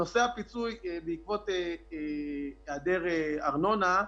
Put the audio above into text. נושא הפיצוי בעקבות היעדר ארנונה,